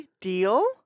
deal